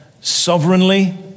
sovereignly